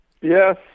Yes